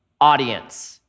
audience